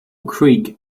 creek